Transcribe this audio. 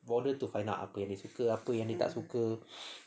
bother to find out apa yang dia suka apa yang dia tak suka